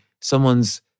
someone's